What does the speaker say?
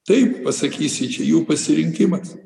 taip pasakysi čia jų pasirinkimas